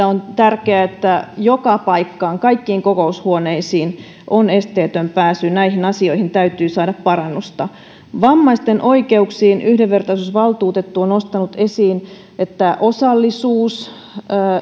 on tärkeää että joka paikkaan kaikkiin kokoushuoneisiin on esteetön pääsy näihin asioihin täytyy saada parannusta vammaisten oikeuksiin liittyen yhdenvertaisuusvaltuutettu on nostanut esiin että osallisuus